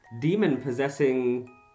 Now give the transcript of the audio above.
demon-possessing